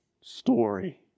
story